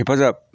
हेफाजाब